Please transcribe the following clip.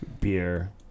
beer